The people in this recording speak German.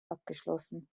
abgeschlossen